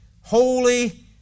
holy